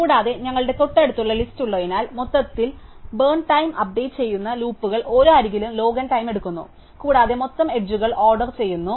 കൂടാതെ ഞങ്ങളുടെ തൊട്ടടുത്തുള്ള ലിസ്റ്റ് ഉള്ളതിനാൽ മൊത്തത്തിൽ ബേർൺ ടൈം അപ്ഡേറ്റ് ചെയ്യുന്ന ലൂപ്പുകൾ ഓരോ അരികിലും ലോഗ് n ടൈം എടുക്കുന്നു കൂടാതെ മൊത്തം അരികുകൾ ഓർഡർ ചെയ്യുന്നു